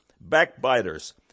backbiters